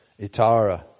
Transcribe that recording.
Itara